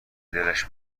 دلش